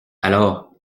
alors